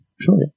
sure